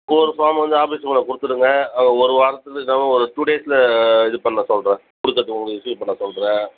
ஒரு ஃபார்ம் வந்து ஆஃபிஸ் ரூமில் கொடுத்துடுங்க ஒரு வாரத்துக்கு இழுக்காமல் ஒரு டூ டேஸில் இது பண்ண சொல்கிறேன் கொடுக்கறத்துக்கு உங்களுக்கு ரிசீவ் பண்ண சொல்கிறேன்